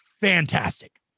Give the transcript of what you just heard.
fantastic